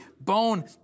bone